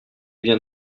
vient